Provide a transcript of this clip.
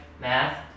math